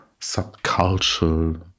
subcultural